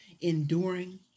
enduring